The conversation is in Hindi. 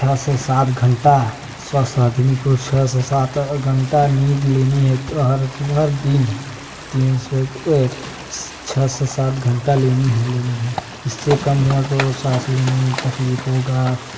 छ से सात घंटा स्वस्थ आदमी को छः से सात घंटा नींद लेनी है कि हर सुबह दिन तीन सौ छः से सात घंटा लेनी ही लेनी है इससे कम हुआ तो साँस लेना में तकलीफ होगा